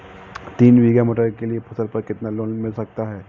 तीन बीघा मटर के लिए फसल पर कितना लोन मिल सकता है?